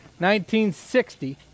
1960